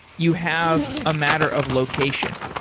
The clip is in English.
you have a matter of location,